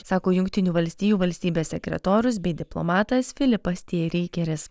sako jungtinių valstijų valstybės sekretorius bei diplomatas filipas t rykeris